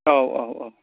औ औ औ